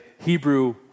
Hebrew